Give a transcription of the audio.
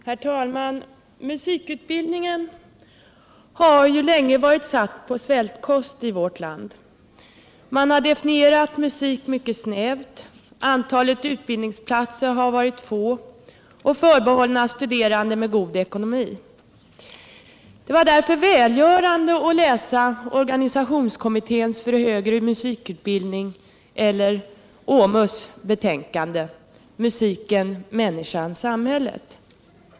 Herr talman! Musikutbildningen har länge varit satt på svältkost i vårt land. Man har definierat musik mycket snävt, antalet utbildningsplatser har varit litet och förbehållna studerande med god ekonomi. Det var därför välgörande att läsa organisationskommitténs för högre musikutbildning, OMUS, betänkande Musiken-människan-samhället.